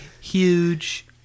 huge